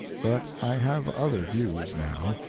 but i have other views now.